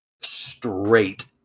straight